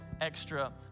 Extra